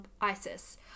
Isis